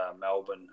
melbourne